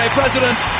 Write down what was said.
president